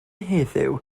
heddiw